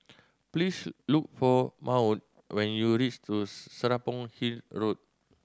please look for Maud when you Serapong Hill Road